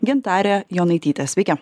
gintare jonaityte sveiki